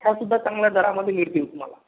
यासुद्धा चांगल्या दरामध्ये मिळतील तुम्हाला